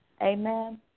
Amen